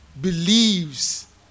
believes